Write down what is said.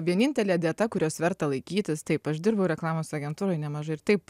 vienintelė dieta kurios verta laikytis taip aš dirbau reklamos agentūroj nemažai ir taip